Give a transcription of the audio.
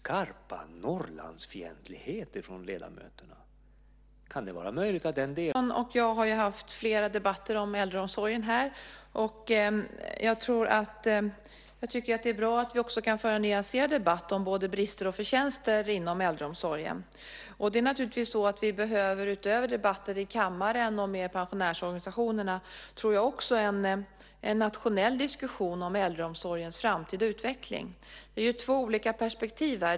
Fru talman! Chatrine Pålsson och jag har haft flera debatter om äldreomsorgen här. Jag tycker att det är bra att vi också kan föra en nyanserad debatt om både brister och förtjänster inom äldreomsorgen. Utöver debatter i kammaren och med pensionärsorganisationerna tror jag att vi också behöver en nationell diskussion om äldreomsorgens framtid och utveckling. Det finns två olika perspektiv här.